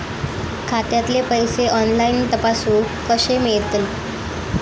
खात्यातले पैसे ऑनलाइन तपासुक कशे मेलतत?